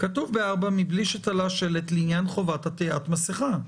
כתוב ב-4: מבלי שתלה שלט לעניין חובת עטיית מסכה.